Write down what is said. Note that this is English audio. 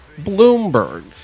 Bloomberg